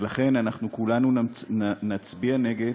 ולכן אנחנו כולנו נצביע נגד